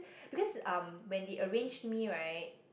because um when they arranged me right